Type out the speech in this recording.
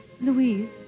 Louise